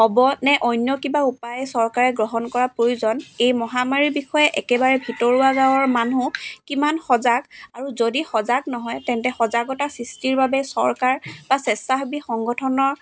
হ'ব নে অন্য কিবা উপাই চৰকাৰে গ্ৰহণ কৰা প্ৰয়োজন এই মহামাৰী বিষয়ে একেবাৰে ভিতৰুৱা গাঁৱৰ মানুহ কিমান সজাগ আৰু যদি সজাগ নহয় তেন্তে সজাগতা সৃষ্টিৰ বাবে চৰকাৰ বা স্বেচ্ছাসেৱী সংগঠনৰ